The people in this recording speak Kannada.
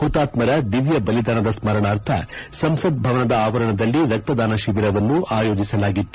ಹುತಾತ್ಸರ ದಿವ್ಯ ಬಲಿದಾನದ ಸ್ಪರಣಾರ್ಥ ಸಂಸತ್ ಭವನದ ಆವರಣದಲ್ಲಿ ರಕ್ತದಾನ ಶಿಬಿರವನ್ನು ಆಯೋಜಿಸಲಾಗಿತ್ತು